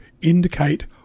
indicate